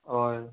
अय